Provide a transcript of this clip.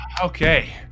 Okay